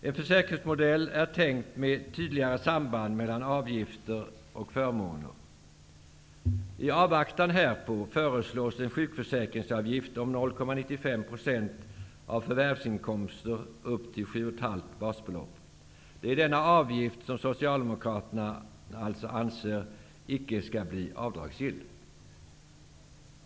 En försäkringsmodell är tänkt med tydligare samband mellan avgifter och förmåner. I avvaktan härpå föreslås en sjukförsäkringsavgift om 0,95 % av förvärvsinkomsten upp till 7,5 basbelopp. Det är denna avgift som Socialdemokraterna alltså anser icke bör bli avdragsgill.